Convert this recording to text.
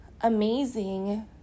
amazing